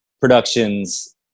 productions